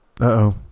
Uh-oh